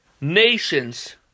nations